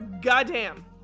goddamn